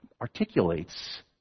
articulates